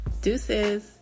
Deuces